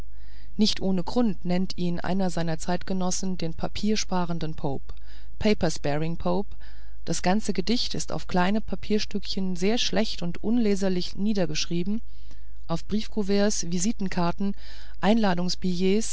nicht ohne grund nennt ihn einer seiner zeitgenossen den papier sparenden pope paper sparing pope das ganze gedicht ist auf kleinen papierstücken sehr schlecht und unleserlich niedergeschrieben auf briefkuverte visitenkarten